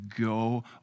go